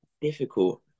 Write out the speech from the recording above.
difficult